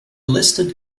listed